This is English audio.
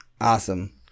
Awesome